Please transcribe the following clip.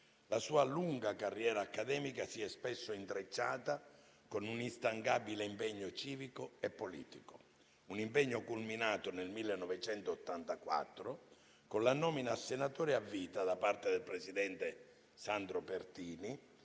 La sua lunga carriera accademica si è spesso intrecciata con un'instancabile impegno civico e politico; un impegno culminato, nel 1984, con la nomina a senatore a vita da parte del presidente Sandro Pertini